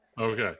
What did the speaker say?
Okay